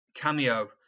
Cameo